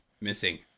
missing